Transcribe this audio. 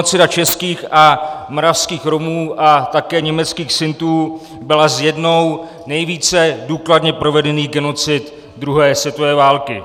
Genocida českých a moravských Romů a také německých Sintů byla jednou z nejvíce důkladně provedených genocid druhé světové války.